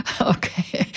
Okay